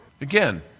Again